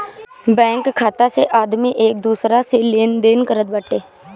bank खाता से आदमी एक दूसरा से लेनदेन करत बाटे